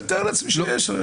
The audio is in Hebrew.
אני מתאר לעצמי שיש.